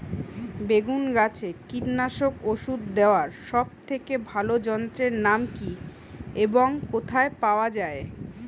বেগুন গাছে কীটনাশক ওষুধ দেওয়ার সব থেকে ভালো যন্ত্রের নাম কি এবং কোথায় পাওয়া যায়?